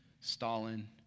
Stalin